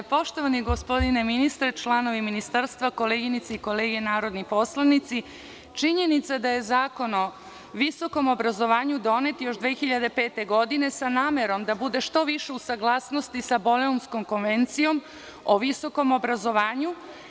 Poštovani gospodine ministre, članovi ministarstva, koleginice i kolege narodni poslanici, činjenica da je Zakon o visokom obrazovanju donet još 2005. godine sa namerom da bude što više uz saglasnosti sa Bolonjskom konvencijom o visokom obrazovanju.